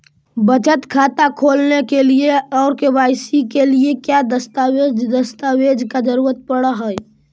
बचत खाता खोलने के लिए और के.वाई.सी के लिए का क्या दस्तावेज़ दस्तावेज़ का जरूरत पड़ हैं?